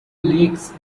lakes